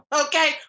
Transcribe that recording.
Okay